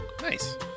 Nice